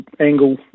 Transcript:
angle